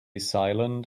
silent